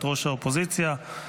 רבותיי השרים,